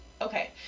Okay